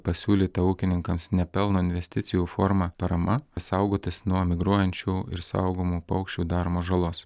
pasiūlyta ūkininkams nepelno investicijų forma parama saugotis nuo migruojančių ir saugomų paukščių daromos žalos